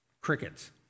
Crickets